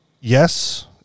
yes